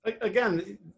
Again